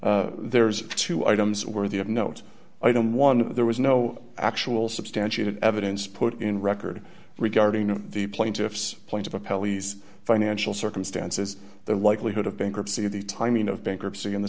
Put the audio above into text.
there's two items worthy of note item one there was no actual substantiated evidence put in record regarding the plaintiff's point of a pelleas financial circumstances their likelihood of bankruptcy the timing of bankruptcy and the